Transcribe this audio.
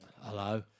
Hello